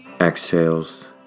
exhales